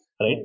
right